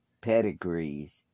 pedigrees